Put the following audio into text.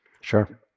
Sure